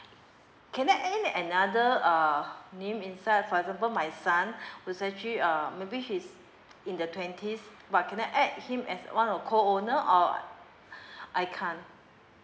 can I add in another uh name inside for example my son whose actually uh maybe he's in the twenties but can I add him as one of co owner or I can't